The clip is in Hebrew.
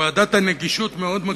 בוועדת הנגישות מאוד מקפידים על כך,